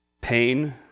Pain